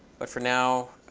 but for now,